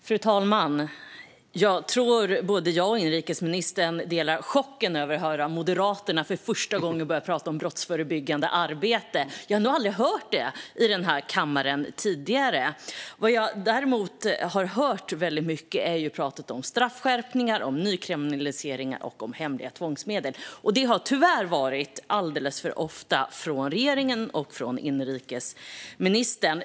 Fru talman! Jag tror att jag och inrikesministern delar chocken över att för första gången få höra Moderaterna tala om brottsförebyggande arbete. Jag har nog aldrig hört det tidigare i denna kammare. Däremot har jag hört mycket prat om straffskärpningar, nykriminaliseringar och hemliga tvångsmedel. Det har tyvärr varit alldeles för ofta, och det har kommit från regeringen och inrikesministern.